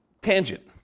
tangent